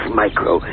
micro